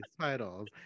titles